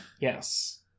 yes